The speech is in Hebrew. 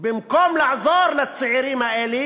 במקום לעזור לצעירים האלה